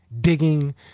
Digging